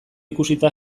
ikusita